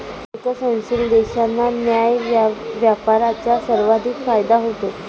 विकसनशील देशांना न्याय्य व्यापाराचा सर्वाधिक फायदा होतो